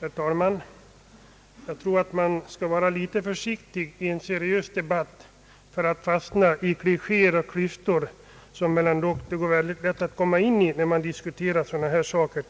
Herr talman! Jag tror att man skall vara försiktig i en seriös debatt så att man inte fastnar i klichéer och klyschor, vilket tydligen är lätt att göra när man diskuterar sådana här saker.